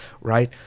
right